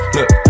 Look